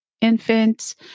infants